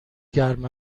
گرم